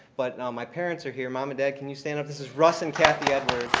but and my parents are here. mom and dad, can you stand up? this is russ and kathy ah